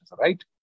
right